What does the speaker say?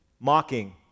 mocking